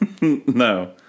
no